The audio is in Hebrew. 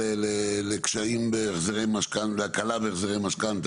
ועדה לקשיים להקלה בהחזרי משכנתא,